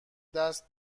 دست